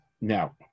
Now